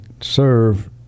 serve